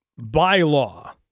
bylaw